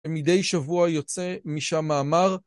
למדי שבוע יוצא משם מאמר